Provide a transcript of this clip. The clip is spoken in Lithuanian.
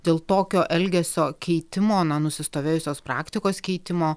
dėl tokio elgesio keitimo na nusistovėjusios praktikos keitimo